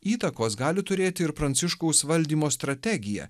įtakos gali turėti ir pranciškaus valdymo strategija